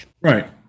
Right